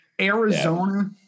Arizona